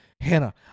hannah